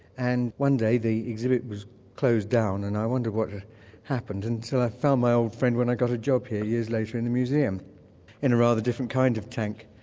and one day the exhibit was closed down and i wondered what had happened, and so i found my old friend when i got job here later in the museum in a rather different kind of tank.